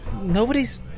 nobody's